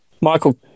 Michael